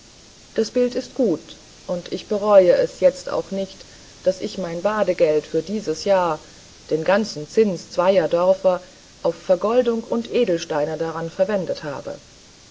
das bild ist gut und ich bereue es jetzt auch nicht daß ich mein badegeld für dieses jahr den ganzen zins zweier dörfer auf vergoldung und edelsteine daran verwendet habe